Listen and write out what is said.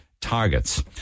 targets